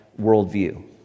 worldview